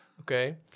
okay